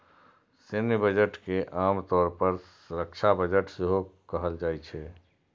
सैन्य बजट के आम तौर पर रक्षा बजट सेहो कहल जाइ छै